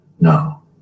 No